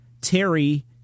Terry